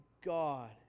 God